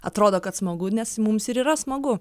atrodo kad smagu nes mums ir yra smagu